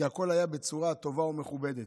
כי הכול היה בצורה טובה ומכובדת.